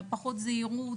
פחות זהירות?